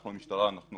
אנחנו המשטרה, אנחנו